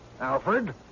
Alfred